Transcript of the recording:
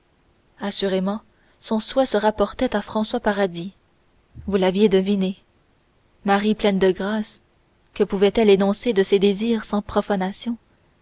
assurément son souhait se rapportait à françois paradis vous j'aviez deviné marie pleine de grâce que pouvait-elle énoncer de ses désirs sans profanation